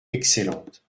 excellente